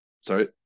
sorry